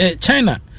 China